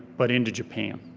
but into japan.